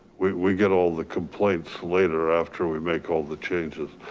we we get all the complaints later after we make all the changes.